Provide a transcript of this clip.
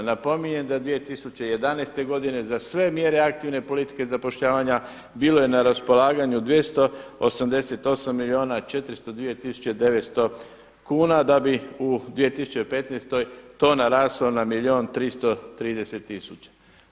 Napominjem da 2011. godine za sve mjere aktivne politike i zapošljavanja bilo je na raspolaganju 288 milijuna 402 tisuće 900 kuna da bi u 2015. to naraslo na milijun 330 tisuća.